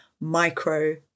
micro